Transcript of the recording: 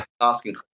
asking